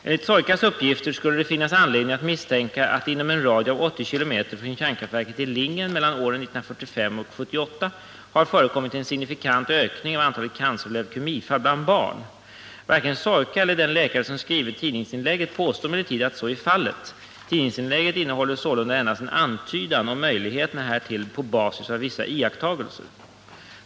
Enligt Soykas uppgifter skulle det finnas anledning att misstänka att det inom en radie av 80 km från kärnkraftverket i Lingen, mellan åren 1945 och 1978, har förekommit en signifikant ökning av antalet canceroch leukemifall bland barn. Varken Soyka eller den läkare som skrivit tidningsinlägget påstår emellertid att så är fallet. Tidningsinlägget innehåller sålunda endast en antydan om möjligheterna härtill på basis av vissa iakttagelser.